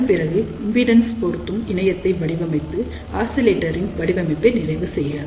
அதன் பிறகு இம்பிடென்ஸ் பொருத்தும் இணையத்தை வடிவமைத்து ஆசிலேட்டரின் வடிவமைப்பை நிறைவு செய்க